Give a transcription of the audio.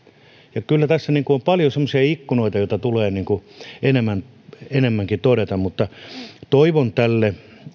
kyllä tässä on paljon semmoisia ikkunoita joita tulee enemmänkin todeta toivon tälle